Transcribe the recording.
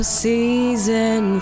season